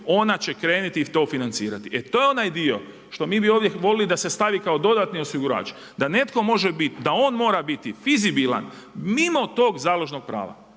ona će krenuti to financirati. E to je onaj dio što mi bi ovdje voljeli da se stavi kao dodatni osigurač, da netko može biti, da on mora biti fizibilan mimo tog založnog prava.